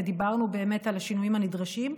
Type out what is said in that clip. ודיברנו באמת על השינויים הנדרשים.